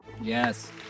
Yes